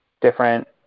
different